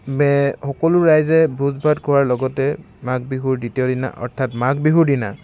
মে সকলো ৰাইজে ভোজ ভাত খোৱাৰ লগতে মাঘ বিহুৰ দ্বিতীয় দিনা অৰ্থাৎ মাঘ বিহুৰ দিনা